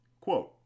Quote